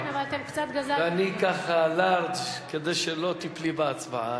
ואני קצת לארג' כדי שלא תיפלי בהצבעה,